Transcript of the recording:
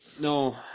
No